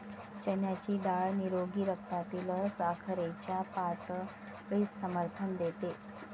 चण्याची डाळ निरोगी रक्तातील साखरेच्या पातळीस समर्थन देते